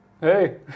Hey